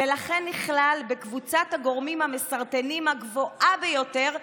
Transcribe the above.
ולכן נכלל בקבוצת הגורמים המסרטנים הגבוהה ביותר,